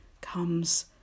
comes